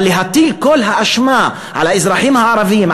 אבל להטיל כל האשמה על האזרחים הערבים,